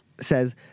says